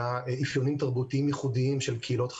אפיונים תרבותיים ייחודיים של קהילות חרדיות,